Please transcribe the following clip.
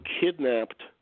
kidnapped